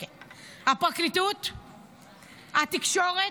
כן, הפרקליטות, התקשורת,